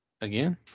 Again